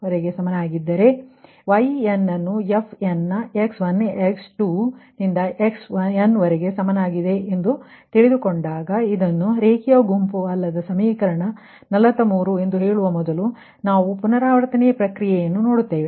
ಹಾಗೆಯೇ ynನ್ನು fn ನ x1 x2 ನಿಂದ xn ವರೆಗೆ ಸಮಾನವಾಗಿರುತ್ತದೆ ಎಂದುಕೊಂಡಾಗ ನೀವು ಇದನ್ನು ನನ್ ಲೀನಿಯರ್ ಸಮೀಕರಣ 43 ಎಂದು ಹೇಳುವ ಮೊದಲು ನಾವು ಪುನರಾವರ್ತನೆಯ ಪ್ರಕ್ರಿಯೆಯನ್ನು ನೋಡುತ್ತೇವೆ